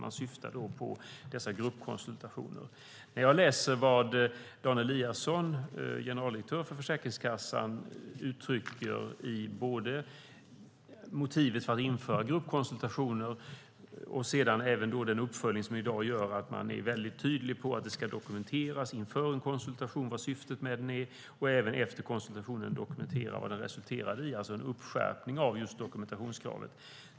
Han syftar då på dessa gruppkonsultationer. Jag läser vad Dan Eliasson, generaldirektör för Försäkringskassan, uttrycker i motivet för att införa gruppkonsultationer och sedan även i den uppföljning som i dag gör att man är väldigt tydlig med att det inför en konsultation ska dokumenteras vad syftet med den är och efter konsultationen ska dokumenteras vad den resulterar i. Det är alltså en skärpning av just dokumentationskravet.